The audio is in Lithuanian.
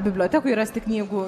bibliotekoj rasti knygų